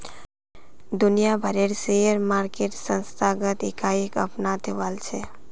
दुनिया भरेर share market संस्थागत इकाईक अपनाते वॉल्छे